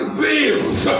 bills